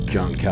John